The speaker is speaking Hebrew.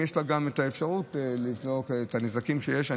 אם יש לה גם את האפשרות לתבוע את הנזקים שיש.